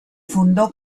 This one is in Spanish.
fundó